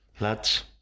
Lads